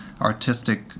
artistic